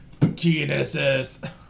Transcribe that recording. TNSS